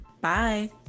bye